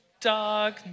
dog